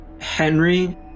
Henry